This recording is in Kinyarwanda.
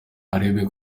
arebe